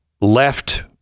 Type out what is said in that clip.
left